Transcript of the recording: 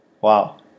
Wow